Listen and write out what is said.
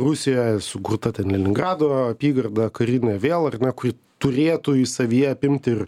rusijoje sukurta ten leningrado apygarda karinė vėl ar ne kuri turėtų ji savyje apimti ir